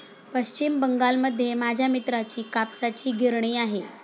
पश्चिम बंगालमध्ये माझ्या मित्राची कापसाची गिरणी आहे